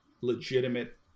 legitimate